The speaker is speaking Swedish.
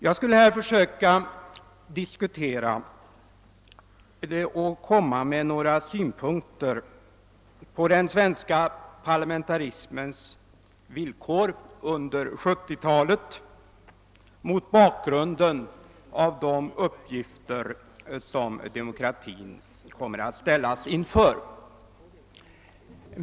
Jag skulle vilja anföra några synpunkter på den svenska parlamentarismens villkor under 1970-talet mot bakgrunden av de uppgifter som demokratin kommer att ställas inför.